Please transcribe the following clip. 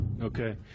Okay